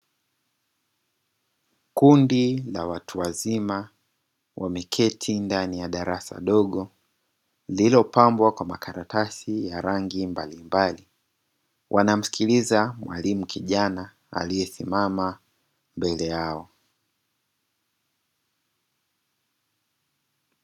Kundi la watu wazima wameketi ndani ya darasa dogo lililopambwa kwa makaratasi ya rangi mbalimbali, wanamsikiliza mwalimu kijana aliyesimama mbele yao.